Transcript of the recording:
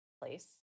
place